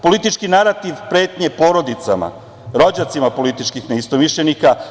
Politički narativ pretnje porodicama, rođacima političkih neistomišljenika.